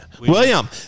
William